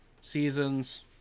seasons